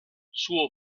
suo